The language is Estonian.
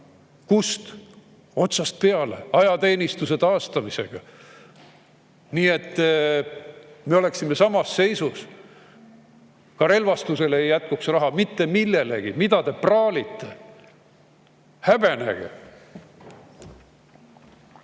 kust? Otsast peale, ajateenistuse taastamisega. Nii et me oleksime samas seisus, ka relvastusele ei jätkuks raha, mitte millelegi. Mida te praalite? Häbenege!